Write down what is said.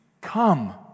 Come